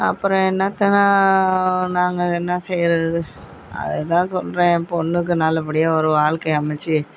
அப்புறம் என்னாத்தை நான் நாங்கள் என்ன செய்கிறது அதுதான் சொல்கிறேன் என் பொண்ணுக்கு நல்லபடியாக ஒரு வாழ்க்கைய அமைத்து